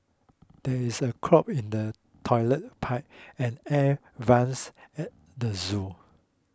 there is a clog in the Toilet Pipe and Air Vents at the zoo